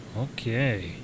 Okay